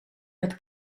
met